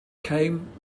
came